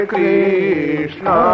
Krishna